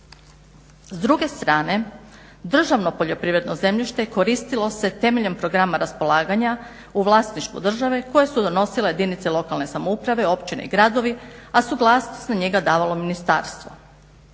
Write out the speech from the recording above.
S druge strane državno poljoprivredno zemljište koristilo se temeljem programa raspolaganja u vlasništvu države koje su donosile jedinice lokalne samouprave, općine i gradovi a suglasnost na njega davalo ministarstvo.